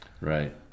Right